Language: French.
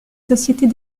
sociétés